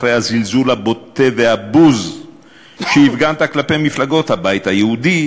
אחרי הזלזול הבוטה והבוז שהפגנת כלפי מפלגות הבית היהודי,